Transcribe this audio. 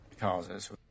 causes